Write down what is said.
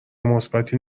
مثبتی